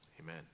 Amen